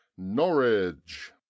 Norwich